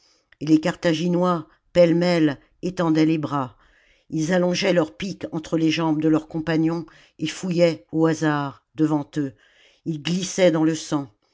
et les carthaginois pêle-mêle étendaient les bras ils allongeaient leurs piques entre les jambes de leurs compagnons et fouillaient au hasard devant eux ils glissaient dans le sang